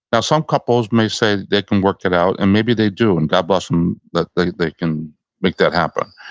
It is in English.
now some parties may say they can work it out and maybe they do, and god bless them that they they can make that happen.